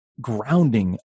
grounding